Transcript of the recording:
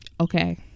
Okay